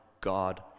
God